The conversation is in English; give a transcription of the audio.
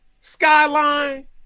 Skyline